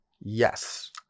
Yes